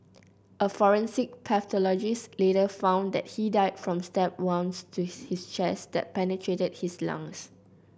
a forensic pathologist later found that he died from stab wounds to his chest that penetrated his lungs